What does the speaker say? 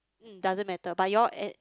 mm doesn't matter but you all at